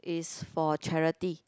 is for charity